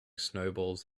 snowballs